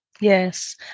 yes